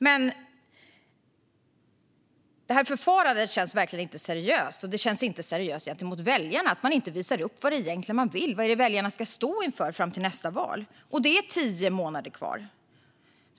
Men förfarandet känns verkligen inte seriöst, och det känns inte seriöst gentemot väljarna att man inte visar upp vad man vill och vad väljarna ska stå inför fram till nästa val. Det är tio månader kvar.